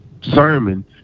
sermon